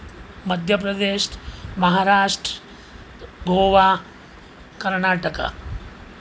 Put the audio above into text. Madhya Pradesh Maharashtra Goa Karnataka